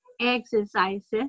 exercises